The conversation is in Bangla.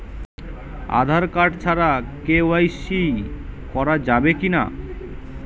আঁধার কার্ড ছাড়া কে.ওয়াই.সি করা যাবে কি না?